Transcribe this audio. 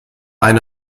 eine